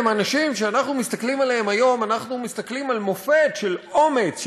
אלה אנשים שכשאנחנו מסתכלים עליהם היום אנחנו מסתכלים על מופת של אומץ,